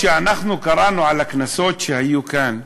כשאנחנו קראנו על הכנסות שהיו כאן,